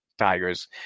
Tigers